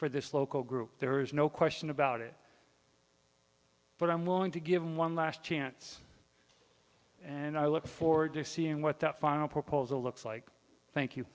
for this local group there is no question about it but i'm willing to give them one last chance and i look forward to seeing what that final proposal looks like thank you